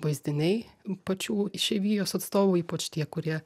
vaizdiniai pačių išeivijos atstovų ypač tie kurie